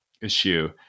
issue